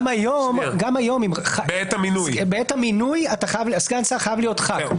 גם היום בעת המינוי סגן שר חייב להיות חבר כנסת.